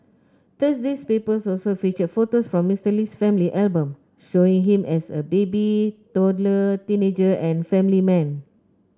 Thursday's papers also featured photos from Mister Lee's family album showing him as a baby toddler teenager and family man